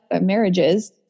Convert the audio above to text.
marriages